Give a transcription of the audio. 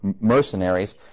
mercenaries